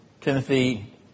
Timothy